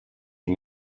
you